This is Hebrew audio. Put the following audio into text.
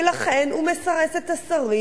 ולכן הוא מסרס את השרים,